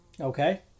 Okay